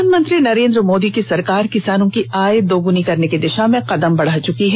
प्रधानमंत्री नरेंद्र मोदी की सरकार किसानों की आय दोगुनी करने की दिषा में कदम बढ़ा चुकी है